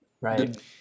Right